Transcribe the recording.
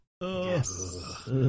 Yes